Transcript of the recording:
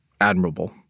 admirable